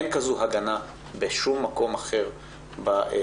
אין כזו הגנה בשום מקום אחר בחקיקה,